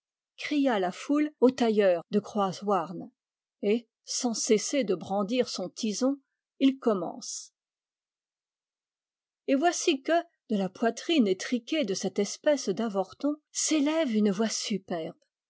crie la foule au tailleur de croaz houarn et sans cesser de brandir son tison il commence et voici que de la poitrine étriquée de cette espèce d'avorton s'élève une voix superbe